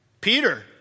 Peter